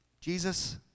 Jesus